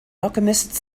alchemists